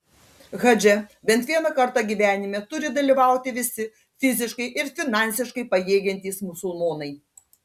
hadže bent vieną kartą gyvenime turi dalyvauti visi fiziškai ir finansiškai pajėgiantys musulmonai